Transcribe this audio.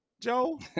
Joe